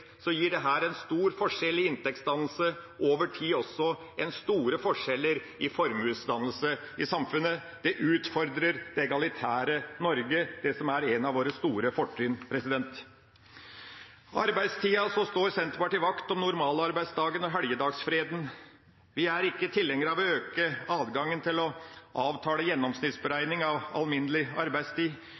så skeivt fordelt, gir dette en stor forskjell i inntektsdannelse over tid og også store forskjeller i formuesdannelse i samfunnet. Det utfordrer det egalitære Norge – dette som er et av våre store fortrinn. Når det gjelder arbeidstida, står Senterpartiet vakt om normalarbeidsdagen og helgedagsfreden. Vi er ikke tilhengere av å øke adgangen til å avtale gjennomsnittsberegning av alminnelig arbeidstid,